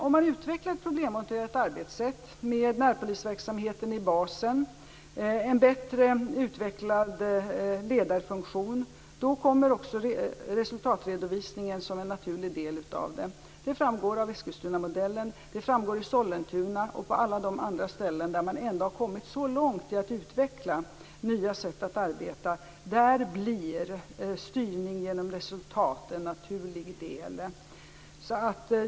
Om man utvecklar ett problemorienterat arbetssätt med närpolisverksamheten i basen och en bättre utvecklad ledarfunktion då kommer också resultatredovisningen som en naturlig del. Det framgår av Eskilstunamodellen, i Sollentuna och på alla övriga ställen där man har kommit långt i att utveckla nya sätt att arbeta. Då blir styrning genom resultat en naturlig del.